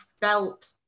felt